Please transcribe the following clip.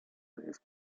vez